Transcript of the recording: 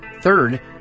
Third